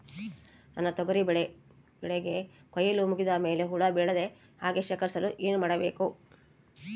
ನನ್ನ ತೊಗರಿ ಬೆಳೆಗೆ ಕೊಯ್ಲು ಮುಗಿದ ಮೇಲೆ ಹುಳು ಬೇಳದ ಹಾಗೆ ಶೇಖರಿಸಲು ಏನು ಮಾಡಬೇಕು?